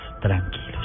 tranquilos